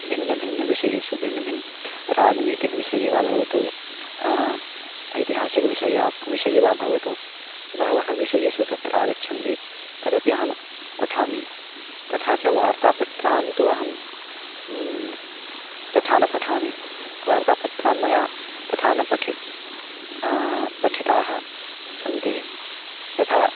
भिन्नभिन्नविषयाः भिन्नभिन्नराजनीतिकविषयाः वा भवन्तु ऐतिहासिकविषयाः विषये वा भवतु बहवः विशयेषु तत्र आगच्छन्ति तदपि अहं पठामि तथा च वार्तापत्राणि तु अहं तथा न पठामि वार्तापत्राणि मया तथा न पठितं पठिताः सन्ति यथा